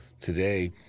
Today